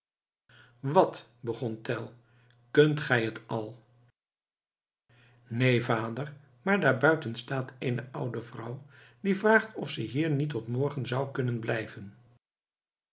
wat begon tell kunt gij het al neen vader maar daar buiten staat eene oude vrouw die vraagt of ze hier niet tot morgen zou kunnen blijven